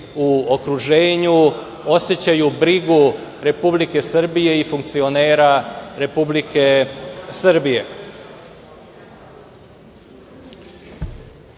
u okruženju osećaju brigu Republike Srbije i funkcionera Republike Srbije. Mislim